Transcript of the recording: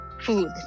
food